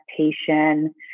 expectation